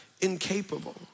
incapable